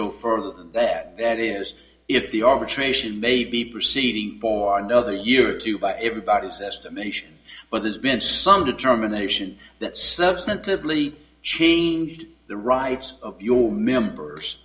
go further than that that is if the arbitration may be proceeding for another year or two by everybody's estimation but there's been some determination that substantively changed the rights of your members